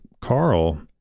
Carl